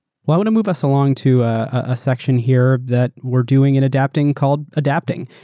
i want to move us along to a section here that we're doing in adapting called adapting,